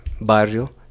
barrio